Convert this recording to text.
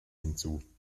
hinzu